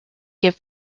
gave